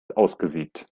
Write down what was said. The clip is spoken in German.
ausgesiebt